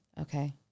Okay